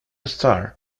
star